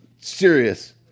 Serious